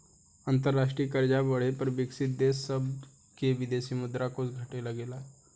अंतरराष्ट्रीय कर्जा बढ़े पर विकाशील देश सभ के विदेशी मुद्रा कोष घटे लगेला